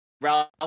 Ralph